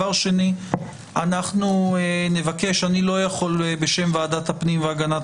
2. אני לא יכול לבקש בשם ועדת הפנים והגנת